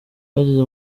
bageze